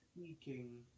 speaking